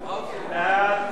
1,